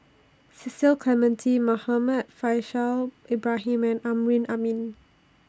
Cecil Clementi Muhammad Faishal Ibrahim and Amrin Amin